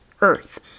earth